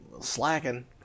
slacking